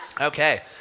Okay